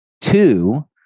Two